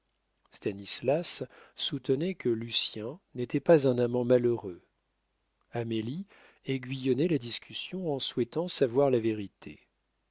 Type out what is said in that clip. stanislas soutenait que lucien n'était pas un amant malheureux amélie aiguillonnait la discussion en souhaitant savoir la vérité